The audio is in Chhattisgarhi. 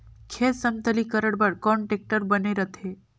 खेत समतलीकरण बर कौन टेक्टर बने रथे?